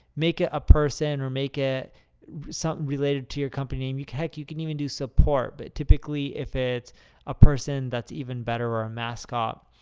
make it a person or make it something related to your company name. heck, you can even do support. but, typically, if it's a person, that's even better or a mascot.